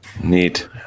Neat